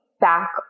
Back